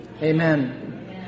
Amen